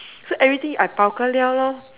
so everything I bao ka liao lor